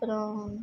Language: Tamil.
அப்புறம்